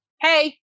Hey